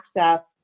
access